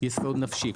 יסוד נפשי,